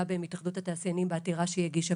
בהם התאחדות התעשיינים בעתירה שהיא הגישה,